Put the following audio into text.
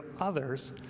others